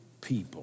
people